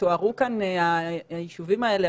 תוארו כאן היישובים האלה,